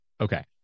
okay